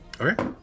Okay